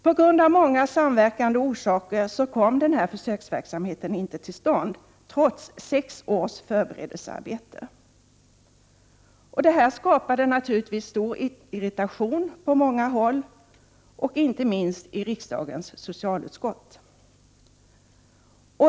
På grund av många samverkande orsaker kom denna försöksverksamhet inte till stånd trots sex års förberedelsearbete. Detta skapade naturligtvis stor irritation på många håll, inte minst i riksdagens socialutskott.